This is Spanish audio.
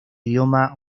idioma